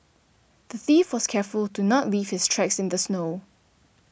the thief was careful to not leave his tracks in the snow